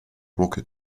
rocket